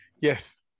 yes